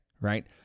right